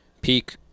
peak